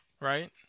right